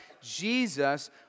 Jesus